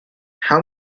how